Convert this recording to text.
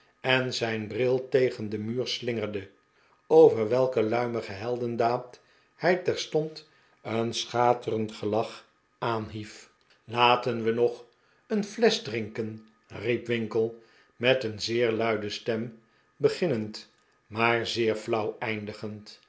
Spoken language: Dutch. en zijn bril tegen den muur slingerde over welke luimige heldendaad hij terstond een schaterend gelach aanhief laten we nog een flesch drinkenl riep winkle met een zeer luide stem beginnend maar zeer flauw eindigend